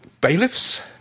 Bailiffs